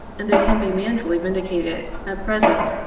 and they can be manfully vindicated, at present,